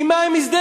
עם מה הם מזדהים?